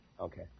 Okay